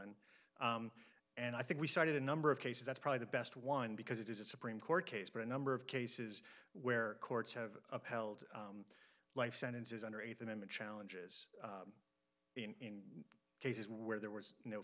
n and i think we started a number of cases that's probably the best one because it is a supreme court case but a number of cases where courts have upheld life sentences under eighth amendment challenges in cases where there was no